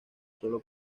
solo